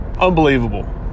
Unbelievable